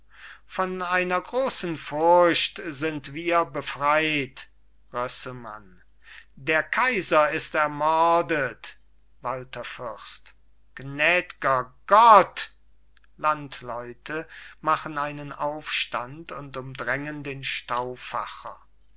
von einer grossen furcht sind wir befreit rösselmann der kaiser ist ermordet walther fürst gnäd'ger gott landleute machen einen aufstand und umdrängen den